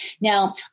Now